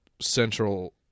central